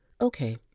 Okay